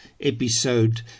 episode